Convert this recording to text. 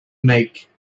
make